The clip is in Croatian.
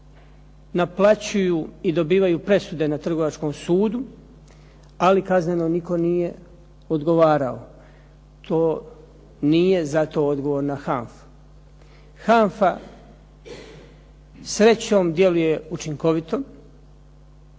naplaćuju i dobivaju presude na Trgovačkom sudu, ali kazneno nitko nije odgovarao. To nije za to odgovorna HANFA. HANFA srećom djeluje učinkovito